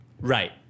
Right